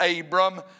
Abram